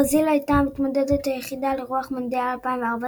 ברזיל הייתה המתמודדות היחידה על אירוח מונדיאל 2014,